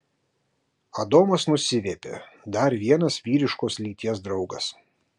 adomas nusiviepė dar vienas vyriškos lyties draugas